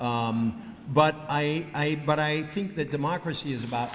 but i but i think that democracy is about